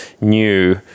new